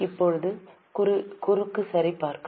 இப்போது குறுக்கு சரிபார்க்கவும்